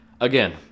again